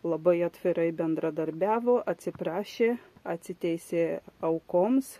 labai atvirai bendradarbiavo atsiprašė atsiteisė aukoms